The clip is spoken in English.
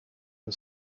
and